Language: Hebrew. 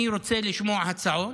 אני רוצה לשמוע הצעות.